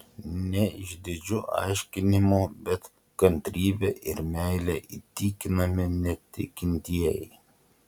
ne išdidžiu aiškinimu bet kantrybe ir meile įtikinami netikintieji